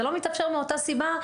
זה לא מתאפשר מאותה סיבה,